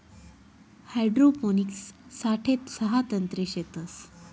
hydroponics साठे सहा तंत्रे शेतस